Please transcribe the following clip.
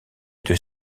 deux